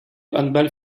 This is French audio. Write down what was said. handball